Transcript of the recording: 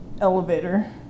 elevator